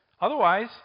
Otherwise